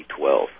B12